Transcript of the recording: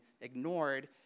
ignored